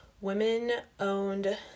women-owned